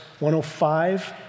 105